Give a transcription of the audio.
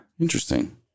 Interesting